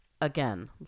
again